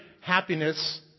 happiness